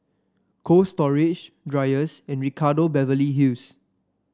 Cold Storage Dreyers and Ricardo Beverly Hills